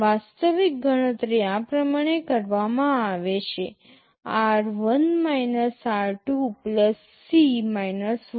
વાસ્તવિક ગણતરી આ પ્રમાણે કરવામાં આવે છે r1 r2 C 1